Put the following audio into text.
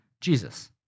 Jesus